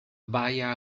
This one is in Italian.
baia